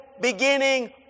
beginning